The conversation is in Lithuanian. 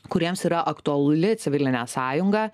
kuriems yra aktuali civilinė sąjunga